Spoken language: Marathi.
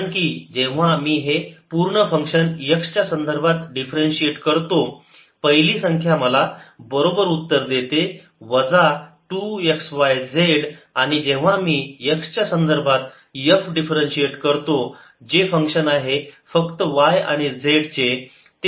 कारण की जेव्हा मी हे पूर्ण फंक्शन x च्या संदर्भात डिफरन्शिएट करतो पहिली संख्या मला बरोबर उत्तर देते वजा 2 x y z आणि जेव्हा मी x यासंदर्भात F डिफरन्शिएट करतो जे फंक्शन आहे फक्त y आणि z चे ते मला 0 देते